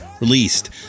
released